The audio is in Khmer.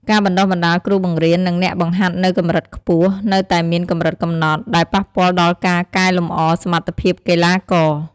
ការបណ្តុះបណ្តាលគ្រូបង្រៀន និងអ្នកបង្ហាត់នៅកម្រិតខ្ពស់នៅតែមានកម្រិតកំណត់ ដែលប៉ះពាល់ដល់ការកែលម្អសមត្ថភាពកីឡាករ។